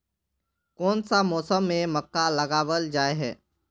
कोन सा मौसम में मक्का लगावल जाय है?